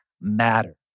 matter